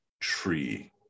tree